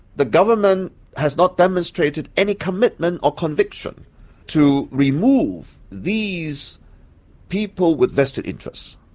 the government has not demonstrated any commitment or conviction to remove these people with vested interests.